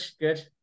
good